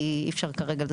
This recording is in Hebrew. כי אפשר כרגע.